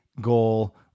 goal